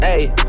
Ayy